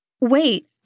Wait